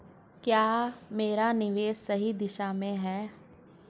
क्या मेरा निवेश सही दिशा में है?